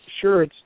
Sure